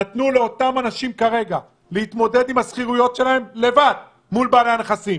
נתנו לאותם אנשים להתמודד לבד עם השכירויות שלהם מול בעלי הנכסים,